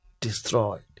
destroyed